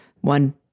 one